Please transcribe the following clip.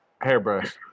hairbrush